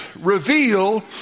reveal